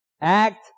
act